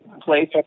Place